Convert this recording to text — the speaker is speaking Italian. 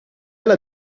alla